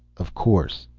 of course.